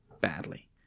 badly